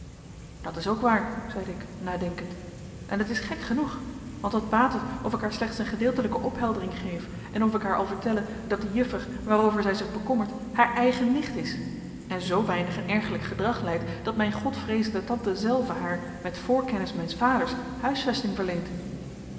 dat is ook waar zeide ik nadenkend en het is gek genoeg want wat baat het of ik haar slechts een gedeeltelijke opheldering geef en of ik haar al vertelle dat die juffer waarover zij zich bekommert haar eigen nicht is en zoo weinig een ergerlijk gedrag leidt dat mijn godvreezende tante zelve haar met voorkennis mijns vaders huisvesting verleent